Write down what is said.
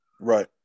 right